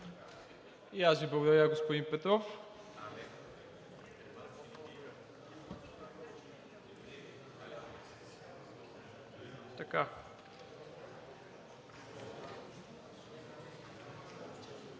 И аз Ви благодаря, господин Петров.